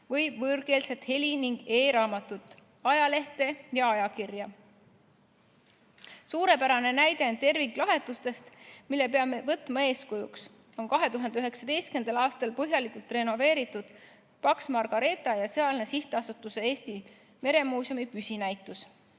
või võõrkeelset heli- ning e-raamatut, -ajalehte ja -ajakirja. Suurepärane näide terviklahendustest, mille peame võtma eeskujuks, on 2019. aastal põhjalikult renoveeritud Paks Margareeta ja sealne Sihtasutuse Eesti Meremuuseum püsinäitus.